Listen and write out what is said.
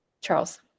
Charles